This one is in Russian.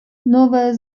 новая